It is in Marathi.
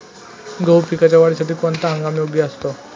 गहू पिकाच्या वाढीसाठी कोणता हंगाम योग्य असतो?